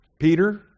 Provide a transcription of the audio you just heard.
Peter